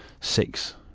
six